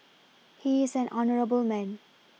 he is an honourable man